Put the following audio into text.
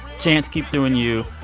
chance, keep doing you.